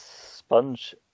Sponge